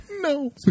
No